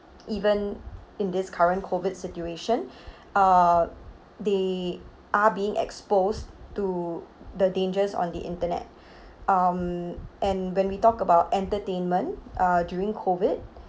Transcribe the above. even in this current COVID situation uh they are being exposed to the dangers on the internet um and when we talk about entertainment uh during COVID